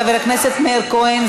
חבר הכנסת מאיר כהן,